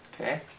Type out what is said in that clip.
Okay